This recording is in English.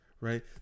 right